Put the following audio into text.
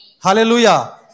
Hallelujah